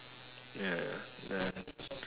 ya ya then